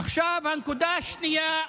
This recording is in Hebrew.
עכשיו, הנקודה השנייה,